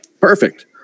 perfect